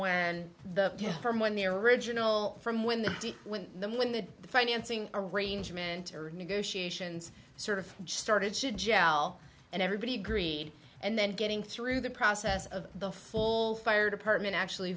when the from when the original from when the when the when the financing arrangement or negotiations sort of started should gel and everybody agreed and then getting through the process of the full fire department actually